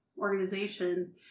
organization